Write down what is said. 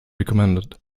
recommended